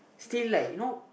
still like you know